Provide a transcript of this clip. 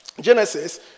Genesis